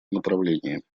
направлении